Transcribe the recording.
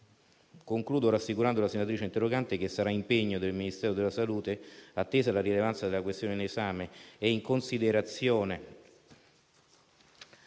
Concludo rassicurando la senatrice interrogante che sarà impegno del Ministero della salute, attesa la rilevanza della questione in esame e in considerazione